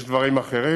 יש דברים אחרים.